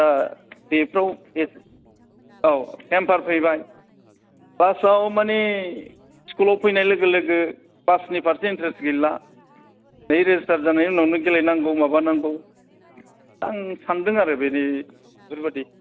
दा बेफ्राव गेप औ हेम्पार फैबाय क्लासआव माने स्कुलाव फैनाय लोगो लोगो क्लासनि फारसे इन्टारेस्त गैला नै रेजिस्थार जानायनि उनाव गेलेनांगौ माबानांगौ आं सानदों आरो बेनि बेफोरबायदि